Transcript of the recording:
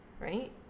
Right